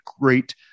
great